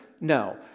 No